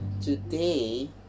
today